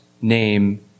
name